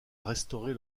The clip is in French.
restaurer